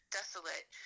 desolate